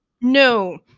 No